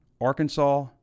Arkansas